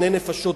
דיני נפשות,